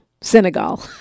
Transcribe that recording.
Senegal